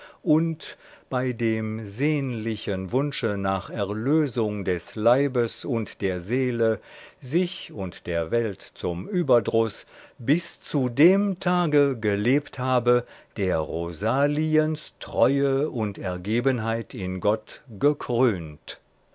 und bei dem sehnlichen wunsche nach erlösung des leibes und der seele sich und der welt zum überdruß bis zu dem tage gelebt habe der rosaliens treue und ergebenheit in gott gekrönt